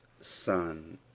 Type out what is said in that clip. son